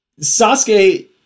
Sasuke